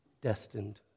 destined